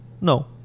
No